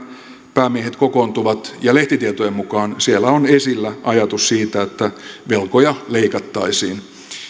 päämiehet kokoontuvat lehtitietojen mukaan siellä on esillä ajatus siitä että velkoja leikattaisiin